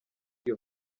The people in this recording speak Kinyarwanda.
iyo